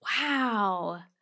Wow